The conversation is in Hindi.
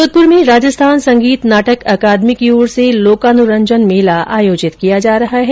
जोधपुर में राजस्थान संगीत नाटक अकादमी की ओर से लोकानुरंजन मेला आयोजित किया जा रहा है